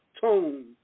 Tone